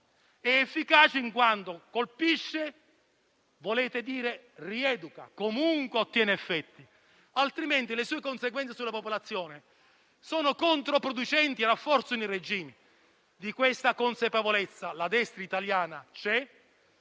È efficace in quanto colpisce, potete dire rieduca o comunque ottiene effetti, altrimenti le sue conseguenze sulla popolazione sono controproducenti e rafforzano il regime. Vi è tale consapevolezza nella destra italiana